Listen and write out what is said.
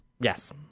Yes